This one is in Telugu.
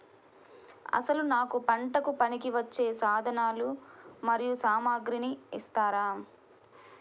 అసలు నాకు పంటకు పనికివచ్చే సాధనాలు మరియు సామగ్రిని ఇస్తారా?